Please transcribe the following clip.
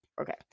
okay